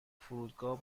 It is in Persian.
فرودگاه